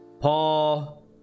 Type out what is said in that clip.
paul